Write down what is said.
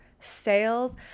sales